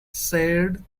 said